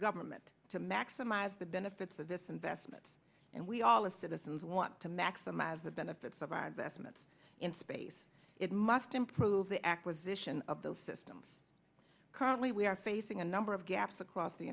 government to maximize the benefits of this investment and we all a citizens want to maximize the benefits of our investments in space it must improve the acquisition of those systems currently we are facing a number of gaps across the